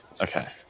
Okay